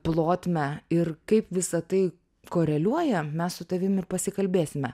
plotmę ir kaip visa tai koreliuoja mes su tavim ir pasikalbėsime